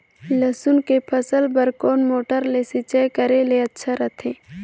लसुन के फसल बार कोन मोटर ले सिंचाई करे ले अच्छा रथे?